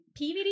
PVD